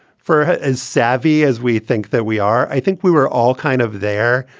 for as savvy as we think that we are. i think we were all kind of there.